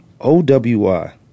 OWI